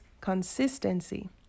consistency